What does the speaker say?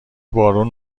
بارون